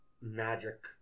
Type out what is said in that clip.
Magic